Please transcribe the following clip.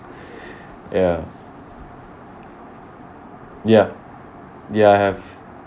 ya ya ya I have